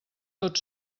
tot